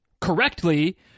correctly